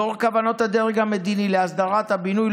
לאור כוונות הדרג המדיני להסדרת הבינוי,